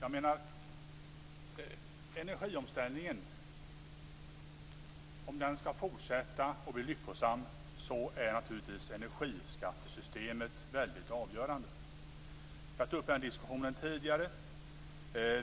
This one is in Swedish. Om energiomställningen skall fortsätta och bli lyckosam är naturligtvis energiskattesystemet väldigt avgörande. Vi har fört den diskussionen tidigare.